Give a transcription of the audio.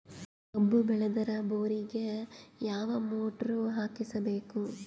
ಕಬ್ಬು ಬೇಳದರ್ ಬೋರಿಗ ಯಾವ ಮೋಟ್ರ ಹಾಕಿಸಬೇಕು?